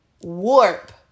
warp